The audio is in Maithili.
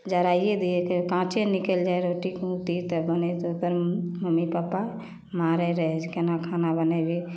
जराइए दिए कहिओ काँचे निकलि जाइ रोटी रोटी तऽ बनै तऽ फेर मम्मी पप्पा मारै रहै जे कोना खाना बनैभी